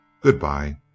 Goodbye